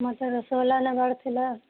ମୋର ତ ରସଗୋଲା ନେବାର ଥିଲା